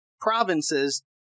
provinces